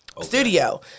Studio